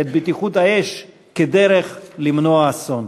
את בטיחות האש כדרך למנוע אסון.